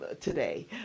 today